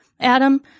Adam